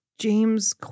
James